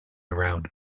around